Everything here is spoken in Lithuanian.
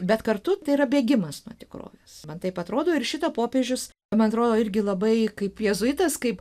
bet kartu tai yra bėgimas nuo tikrovės man taip atrodo ir šito popiežius man atrodo irgi labai kaip jėzuitas kaip